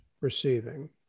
receiving